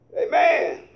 Amen